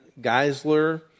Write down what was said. Geisler